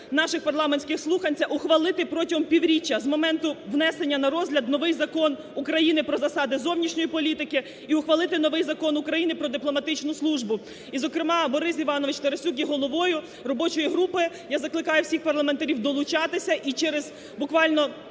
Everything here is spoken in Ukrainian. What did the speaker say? наших парламентських слухань, це ухвалити протягом півріччя з моменту внесення на розгляд новий Закон України про засади зовнішньої політики. І ухвалити новий Закон України про дипломатичну службу. І зокрема Борис Іванович Тарасюк є головою робочої групи. Я закликаю всіх парламентарів долучатись. І через буквально